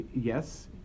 Yes